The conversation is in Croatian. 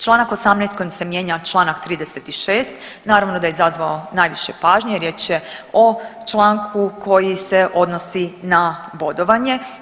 Čl. 18. kojim se mijenja čl. 36. naravno da je izazvao najviše pažnje, riječ je o članku koji se odnosi na bodovanje.